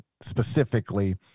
specifically